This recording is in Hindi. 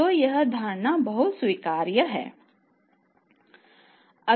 तो यह धारणा बहुत स्वीकार्य है